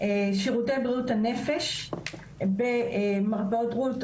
שירותי בריאות הנפש במרפאת רות.